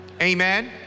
Amen